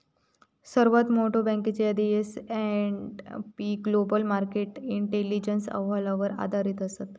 सर्वात मोठयो बँकेची यादी S and P Global Market Intelligence अहवालावर आधारित असत